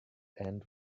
end